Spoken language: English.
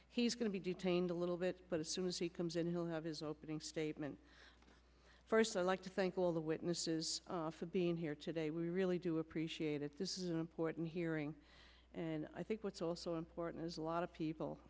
he's going to be detained a little bit but as soon as he comes in he'll have his opening statement first i'd like to thank all the witnesses for being here today we really do appreciate that this is an important hearing and i think what's also important is a lot of people